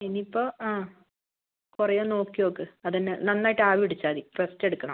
ഇനിയിപ്പോൾ ആ കുറയുമോ എന്ന് നോക്കിനോക്ക് അതുതന്നെ നന്നായിട്ട് ആവി പിടിച്ചാൽ മതി റെസ്റ്റ് എടുക്കണം